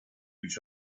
huge